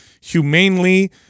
humanely